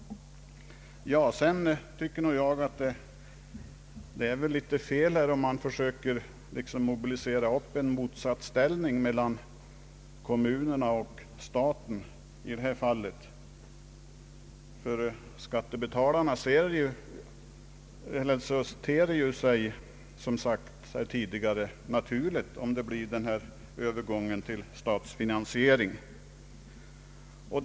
Jag tycker vidare att det är felaktigt att försöka mobilisera upp en motsatsställning mellan kommunerna och staten i dessa fall, ty för skattebetalarna blir övergången till statlig finansiering naturlig.